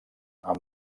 amb